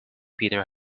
peter